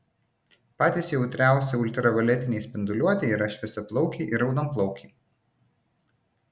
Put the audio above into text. patys jautriausi ultravioletinei spinduliuotei yra šviesiaplaukiai ir raudonplaukiai